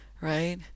right